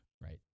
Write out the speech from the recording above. right